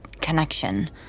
connection